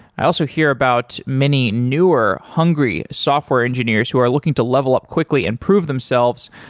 i also hear about many newer, hungry software engineers who are looking to level up quickly and prove themselves.